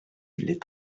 les